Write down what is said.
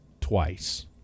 twice